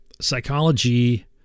psychology